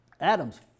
Adam's